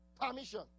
permission